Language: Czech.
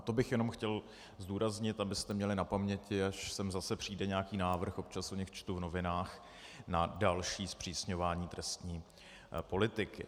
To bych jenom chtěl zdůraznit, abyste měli na paměti, až sem zase přijde nějaký návrh, občas o nich čtu v novinách, na další zpřísňování trestní politiky.